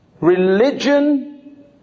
Religion